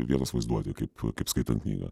vienas vaizduoti kaip kaip skaitant knygą